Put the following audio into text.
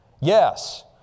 Yes